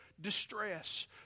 distress